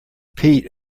peat